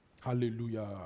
Hallelujah